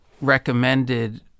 recommended